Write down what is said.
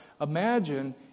Imagine